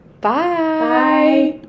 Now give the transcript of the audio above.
Bye